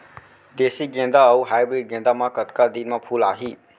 देसी गेंदा अऊ हाइब्रिड गेंदा म कतका दिन म फूल आही?